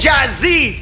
Jazzy